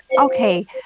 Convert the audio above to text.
okay